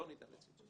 לא ניתן לצמצום.